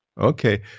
Okay